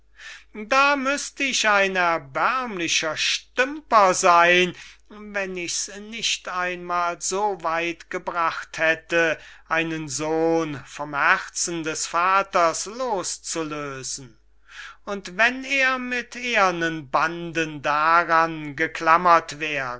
da müßt ich ein erbärmlicher stümper seyn wenn ich's nicht einmal so weit gebracht hätte einen sohn vom herzen des vaters los zu lösen und wenn er mit ehernen banden daran geklammert wäre